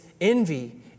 envy